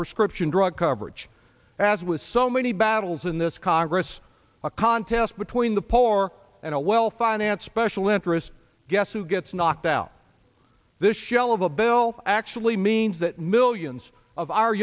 prescription drug coverage as with so many battles in this congress a contest between the poor and a well financed special interest guess who gets knocked out this shell of a bill actually means that millions of our